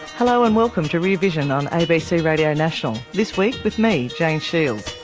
hello, and welcome to rear vision on abc radio national, this week with me, jane shields.